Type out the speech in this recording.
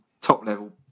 top-level